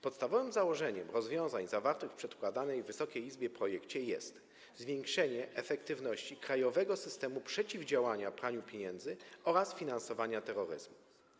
Podstawowym założeniem rozwiązań zawartych w przedkładanym Wysokiej Izbie projekcie jest zwiększenie efektywności krajowego systemu przeciwdziałania praniu pieniędzy oraz finansowania terroryzmu.